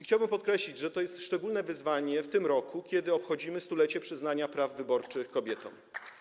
Chciałbym podkreślić, że to jest szczególne wyzwanie w roku, w którym obchodzimy 100-lecie przyznania praw wyborczych kobietom.